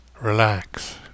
relax